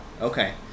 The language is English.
Okay